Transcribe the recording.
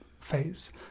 phase